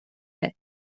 است